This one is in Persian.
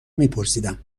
میپرسیدم